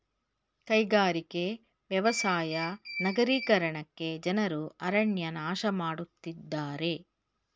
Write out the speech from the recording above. ಕೈಗಾರಿಕೆ, ವ್ಯವಸಾಯ ನಗರೀಕರಣಕ್ಕೆ ಜನರು ಅರಣ್ಯ ನಾಶ ಮಾಡತ್ತಿದ್ದಾರೆ